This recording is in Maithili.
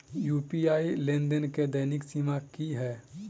यु.पी.आई लेनदेन केँ दैनिक सीमा की है?